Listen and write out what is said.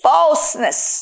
Falseness